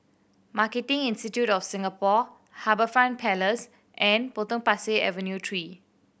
Marketing Institute of Singapore HarbourFront Place and Potong Pasir Avenue Three